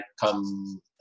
Come